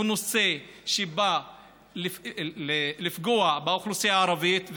הוא נושא שבא לפגוע באוכלוסייה הערבית.